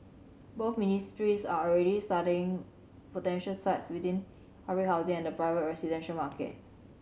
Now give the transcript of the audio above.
both ministries are already studying potential sites within public housing and the private residential market